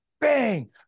bang